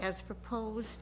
as propose